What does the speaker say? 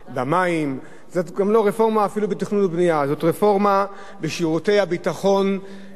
זאת רפורמה בשירותי הביטחון והצלת החיים במדינת ישראל,